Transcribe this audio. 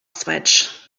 switch